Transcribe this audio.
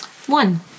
One